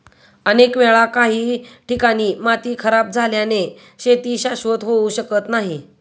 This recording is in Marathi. अनेक वेळा काही ठिकाणी माती खराब झाल्याने शेती शाश्वत होऊ शकत नाही